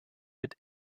mit